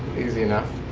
easy enough.